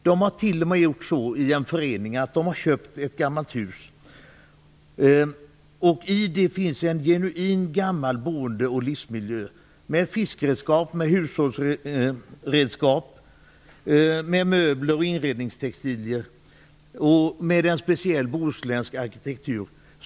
De har t.o.m. i en förening köpt ett gammalt hus, och i det finns en genuin gammal boende och livsmiljö, med fiske och hushållsredskap, med möbler och inredningstextilier, med en speciell bohuslänsk arkitektur.